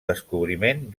descobriment